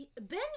Ben